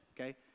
okay